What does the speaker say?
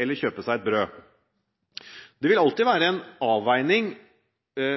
eller kjøpe seg et brød. Det vil alltid være en avveining